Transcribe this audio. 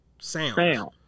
sound